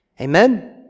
Amen